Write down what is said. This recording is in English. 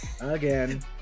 Again